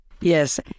Yes